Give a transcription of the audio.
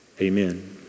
amen